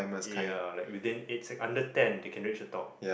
yeah like within eight sec~ under ten they can reach the top